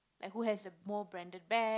and who the a more branded bag